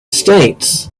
states